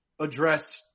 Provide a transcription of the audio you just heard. address